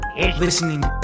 Listening